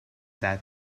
that